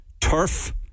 turf